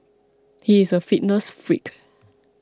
he is a fitness freak